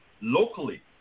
Locally